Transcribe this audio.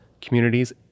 communities